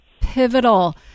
pivotal